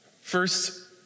First